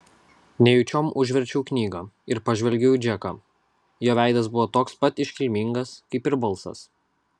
nejučiom užverčiau knygą ir pažvelgiau į džeką jo veidas buvo toks pat iškilmingas kaip ir balsas